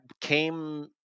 came